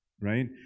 right